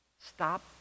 Stop